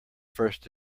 first